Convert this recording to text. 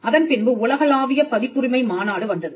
அதன் பின்பு உலகளாவிய பதிப்புரிமை மாநாடு வந்தது